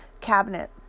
cabinet